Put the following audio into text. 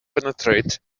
penetrate